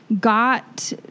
got